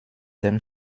dem